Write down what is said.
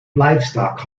livestock